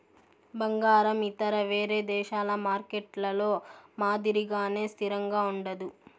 బంగారం ఇతర వేరే దేశాల మార్కెట్లలో మాదిరిగానే స్థిరంగా ఉండదు